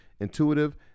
intuitive